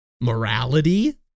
morality